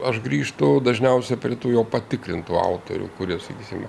aš grįžtu dažniausia prie tų jau patikrintų autorių kurie sakysim